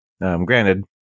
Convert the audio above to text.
Granted